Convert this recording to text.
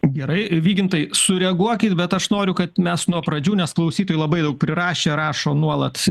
gerai vygintai sureaguokit bet aš noriu kad mes nuo pradžių nes klausytojai labai daug prirašę rašo nuolat